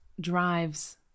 drives